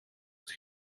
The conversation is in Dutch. het